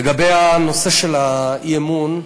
לגבי הנושא של האי-אמון,